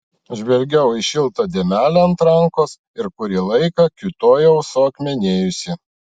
žvelgiau į šiltą dėmelę ant rankos ir kurį laiką kiūtojau suakmenėjusi